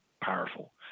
powerful